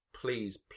please